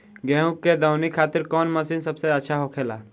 गेहु के दऊनी खातिर कौन मशीन सबसे अच्छा होखेला?